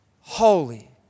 holy